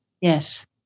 Yes